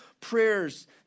prayers